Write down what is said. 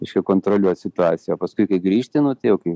reiškia kontroliuot situaciją o paskui kai grįžti nu tai jau kai